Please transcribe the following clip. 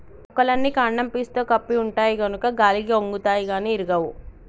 మొక్కలన్నీ కాండం పీసుతో కప్పి ఉంటాయి గనుక గాలికి ఒన్గుతాయి గాని ఇరగవు